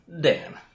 Dan